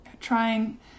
trying